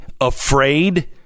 afraid